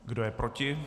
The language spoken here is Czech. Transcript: Kdo je proti?